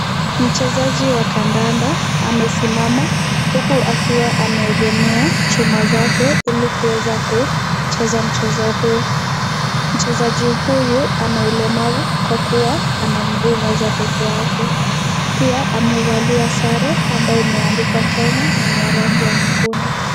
Mchezaji wa kandanda amesimama huku akiwa ameegemea chuma zake ilikuweza kucheza mchezo huu, mchezaji huyu anaulemavu kwa kuwa na mguu mmoja peke yake pia amevalia sare ambayo imeandikwa Kenya na ni rangi ya nyekundu.